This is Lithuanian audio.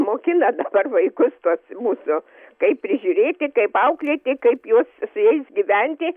mokina dabar vaikus tuos mūsių kaip prižiūrėti taip auklėti kaip juos su jais gyventi